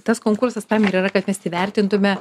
tas konkursas tam ir yra kad mes įvertintume